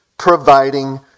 providing